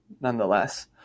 nonetheless